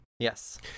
Yes